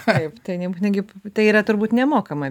taip tai nebūtinai gi tai yra turbūt nemokama